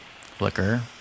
Flicker